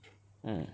mm